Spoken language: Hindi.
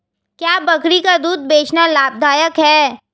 क्या बकरी का दूध बेचना लाभदायक है?